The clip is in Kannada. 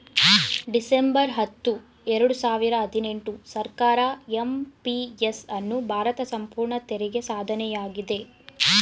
ಡಿಸೆಂಬರ್ ಹತ್ತು ಎರಡು ಸಾವಿರ ಹದಿನೆಂಟು ಸರ್ಕಾರ ಎಂ.ಪಿ.ಎಸ್ ಅನ್ನು ಭಾರತ ಸಂಪೂರ್ಣ ತೆರಿಗೆ ಸಾಧನೆಯಾಗಿದೆ